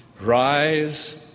Rise